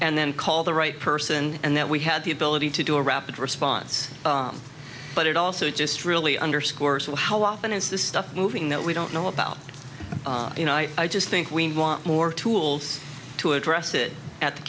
and then call the right person and that we had the ability to do a rapid response but it also just really underscores the how often is the stuff moving that we don't know about you know i just think we want more tools to address it at the